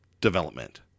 development